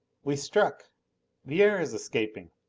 we struck the air is escaping.